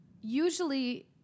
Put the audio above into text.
usually